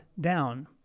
down